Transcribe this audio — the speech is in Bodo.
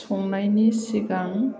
संनायनि सिगां